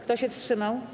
Kto się wstrzymał?